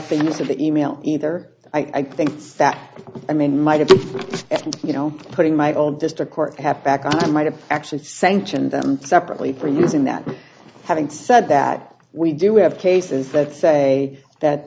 of the e mail either i think that i mean might have been you know putting my own district court have back i might have actually sanctioned them separately for use in that having said that we do have cases that say that